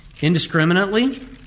indiscriminately